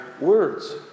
words